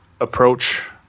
approach